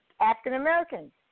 African-Americans